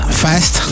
fast